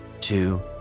two